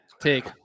Take